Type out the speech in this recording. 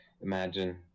imagine